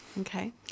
Okay